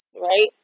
Right